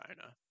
China